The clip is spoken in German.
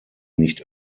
nicht